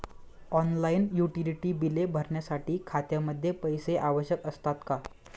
Online utility बिले भरण्यासाठी खात्यामध्ये पैसे आवश्यक असतात का?